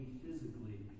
physically